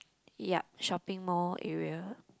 yup shopping mall area